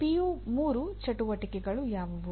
ಪಿಒ3 ಚಟುವಟಿಕೆಗಳು ಯಾವುವು